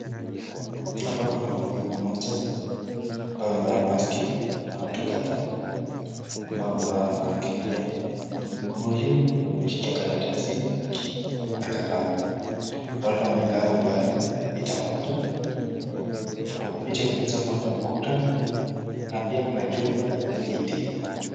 Hapa kuna mhudumu mmoja ambaye amevaa maski na watu kadhaa ambao wamevaa maski pia. Huyu ameshika karatasi na kalamu. Watu wamekaa umbali mita moja. Kwenye picha hii unaweza kuona ukuta na pia kuna jumba na miti.